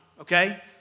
Okay